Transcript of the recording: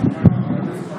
תודה לך, אדוני היושב-ראש.